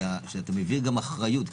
שאתה מעביר גם אחריות,